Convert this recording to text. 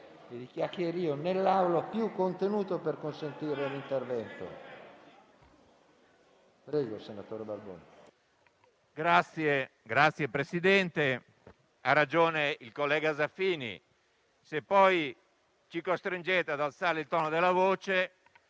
e di chiacchierio nell'Aula più contenuto, per consentire l'intervento. Prego, senatore Balboni. BALBONI *(FdI)*. Grazie, Presidente. Ha ragione il collega Zaffini: se poi ci costringete ad alzare il tono della voce,